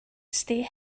stay